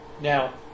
Now